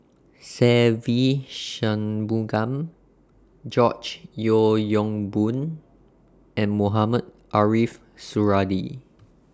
Se Ve Shanmugam George Yeo Yong Boon and Mohamed Ariff Suradi